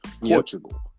Portugal